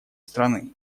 страны